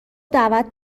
دعوت